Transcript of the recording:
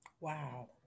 Wow